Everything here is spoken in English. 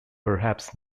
perhaps